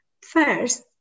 First